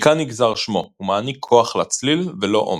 מכאן נגזר שמו, הוא מעניק "כוח" לצליל, ולא עומק.